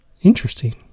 Interesting